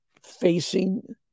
facing